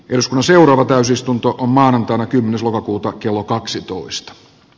gershon seuraava täysistunto on maanantaina kymmenes lokakuuta kello kaksitoista